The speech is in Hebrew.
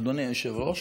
אדוני היושב-ראש,